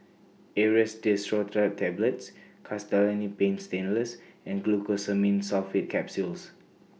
Aerius DesloratadineTablets Castellani's Paint Stainless and Glucosamine Sulfate Capsules